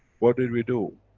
what did we do?